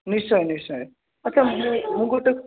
ନିଶ୍ଚୟ ନିଶ୍ଚୟ ଆଚ୍ଛା ମୁଁ ମୁଁ ଗୋଟେ